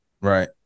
Right